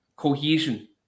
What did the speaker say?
Cohesion